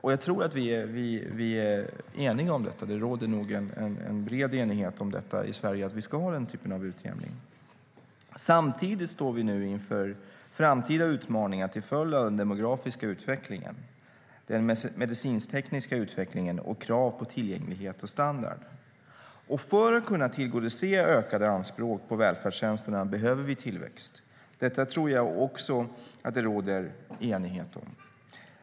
Jag tror att det nog råder stor enighet i Sverige om att vi ska ha den typen av utjämning. Samtidigt står vi inför framtida utmaningar till följd av den demografiska utvecklingen, den medicintekniska utvecklingen och kraven på tillgänglighet och standard. För att kunna tillgodose ökade anspråk på välfärdstjänsterna behöver vi tillväxt. Det tror jag att det också råder enighet om.